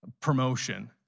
promotion